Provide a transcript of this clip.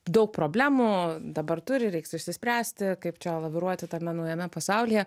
daug problemų dabar turi reiks išsispręsti kaip čia laviruoti tame naujame pasaulyje